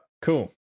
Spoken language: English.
cool